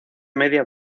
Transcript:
media